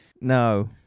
No